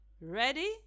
Ready